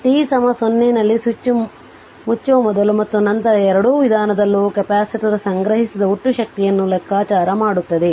t 0 ನಲ್ಲಿ switch ಮುಚ್ಚುವ ಮೊದಲು ಮತ್ತು ನಂತರ ಎರಡೂ ವಿದಾನದಲ್ಲೂ ಕೆಪಾಸಿಟರ್ ಸಂಗ್ರಹಿಸಿದ ಒಟ್ಟು ಶಕ್ತಿಯನ್ನು ಲೆಕ್ಕಾಚಾರ ಮಾಡುತ್ತದೆ